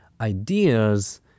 ideas